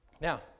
Now